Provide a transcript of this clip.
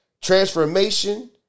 Transformation